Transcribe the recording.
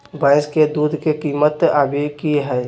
भैंस के दूध के कीमत अभी की हई?